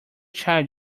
child